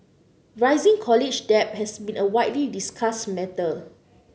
rising college debt has been a widely discussed matter